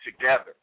together